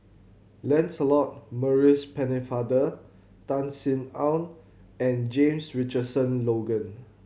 Lancelot Maurice Pennefather Tan Sin Aun and James Richardson Logan